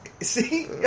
See